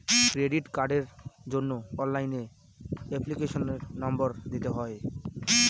credit কার্ডের জন্য অনলাইনে এপ্লিকেশনের নম্বর দিতে হয়